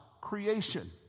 creation